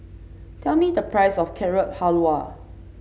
tell me the price of Carrot Halwa